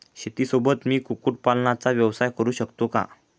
शेतीसोबत मी कुक्कुटपालनाचा व्यवसाय करु शकतो का?